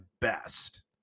best